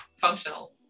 functional